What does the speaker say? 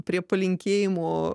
prie palinkėjimo